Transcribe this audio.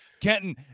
Kenton